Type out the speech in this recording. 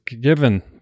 given